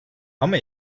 ama